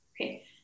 Okay